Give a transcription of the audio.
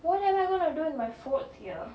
what am I gonna do in my fourth year